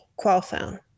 Qualphone